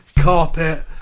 carpet